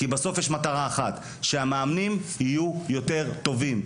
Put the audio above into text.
בסוף, ישנה מטרה אחת: שהמאמנים יהיו יותר טובים.